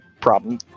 problem